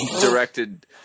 directed